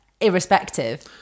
irrespective